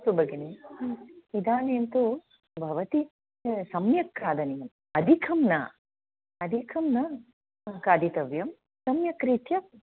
अस्तु भगिनि इदानीं तु भवती सम्यक् खादनीयम् अधिकं न अधिकं न खादितव्यं सम्यक् रीत्या